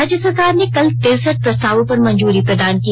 राज्य सरकार ने कल तिरसठ प्रस्तावों पर मंजूरी प्रदान की